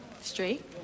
Straight